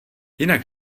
jinak